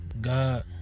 God